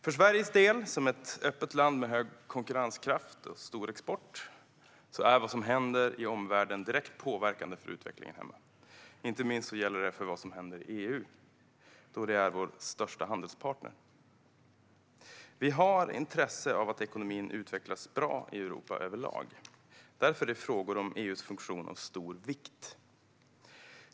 För Sveriges del, som ett öppet land med hög konkurrenskraft och stor export, är vad som händer i omvärlden direkt påverkande för utvecklingen hemma. Inte minst gäller det vad som händer i EU, då det är vår största handelspartner. Vi har intresse av att ekonomin utvecklas bra i Europa överlag. Därför är frågor om EU:s funktion av stor vikt.